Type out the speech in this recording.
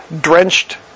drenched